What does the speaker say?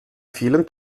vielen